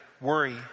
worry